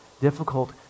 difficult